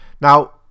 now